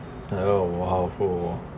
oh !wow! awful